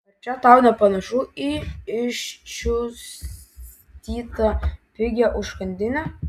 ar čia tau nepanašu į iščiustytą pigią užkandinę